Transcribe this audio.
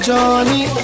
Johnny